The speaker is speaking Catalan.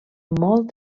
molt